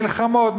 מלחמות,